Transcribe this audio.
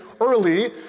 early